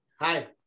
Hi